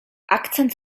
akcent